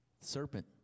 Serpent